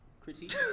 critique